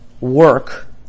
work